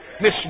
Miss